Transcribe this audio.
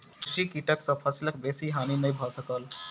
कृषि कीटक सॅ फसिलक बेसी हानि नै भ सकल